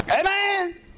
Amen